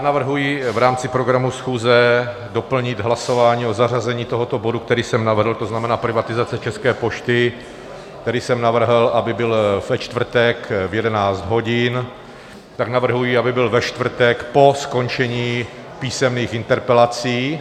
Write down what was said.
Navrhuji v rámci programu schůze doplnit hlasování o zařazení tohoto bodu, který jsem navrhl to znamená privatizace České pošty který jsem navrhl, aby byl ve čtvrtek v 11 hodin, tak navrhuji, aby byl ve čtvrtek po skončení písemných interpelací.